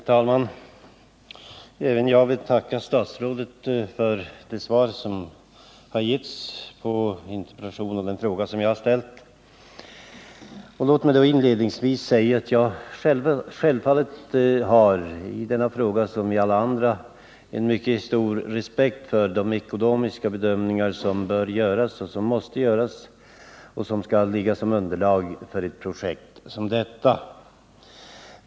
Herr talman! Även jag vill tacka statsrådet för det svar som lämnats på interpellationen och på den fråga som jag har ställt. Låt mig inledningsvis säga att vi självfallet inför denna fråga som inför alla andra har mycket stor respekt för de ekonomiska bedömningar som måste göras och som skall ligga som underlag för ett projekt som detta.